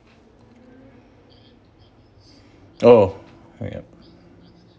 oh yup